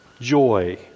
joy